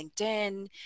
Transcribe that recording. LinkedIn